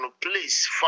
please